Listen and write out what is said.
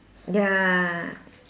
ya